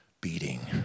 beating